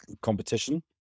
competition